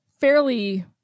fairly